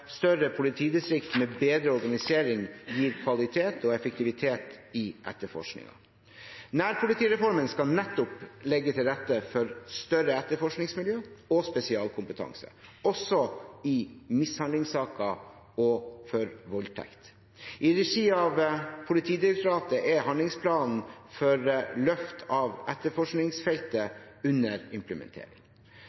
større politidistrikt med bedre organisering gir kvalitet og effektivitet i etterforskningen. Nærpolitireformen skal nettopp legge til rette for større etterforskningsmiljø og spesialkompetanse, også i mishandlingssaker og for voldtekt. I regi av Politidirektoratet er handlingsplanen for løft av etterforskningsfeltet